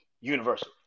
Universal